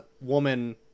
woman